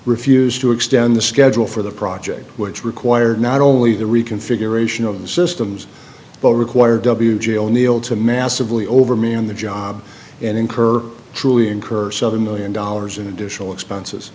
refused to extend the schedule for the project which required not only the reconfiguration of the systems but required w g o'neill to massively over me on the job and incur truly incur seven million dollars in additional expenses